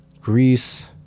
Greece